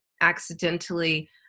accidentally